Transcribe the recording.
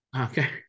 Okay